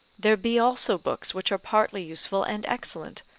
there be also books which are partly useful and excellent,